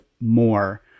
more